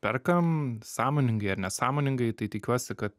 perkam sąmoningai ar nesąmoningai tai tikiuosi kad